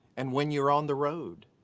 and when you're on the road,